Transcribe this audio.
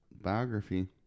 biography